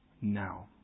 now